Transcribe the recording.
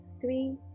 three